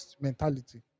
mentality